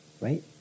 right